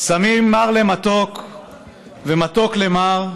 שמים מר למתוק ומתוק למר"